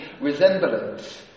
resemblance